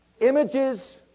Images